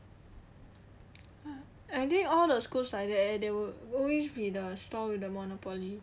I I think all the schools like that there will always be the stall with the monopoly